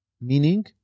Meaning